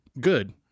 good